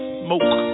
smoke